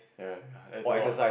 ya ya that's